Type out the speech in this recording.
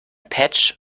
patch